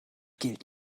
gilt